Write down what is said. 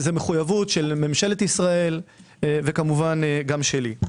זה מחויבות של ממשלת ישראל וכמובן גם שלי.